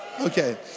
Okay